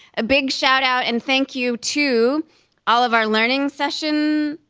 a big shout out and thank you to all of our learning session,